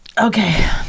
Okay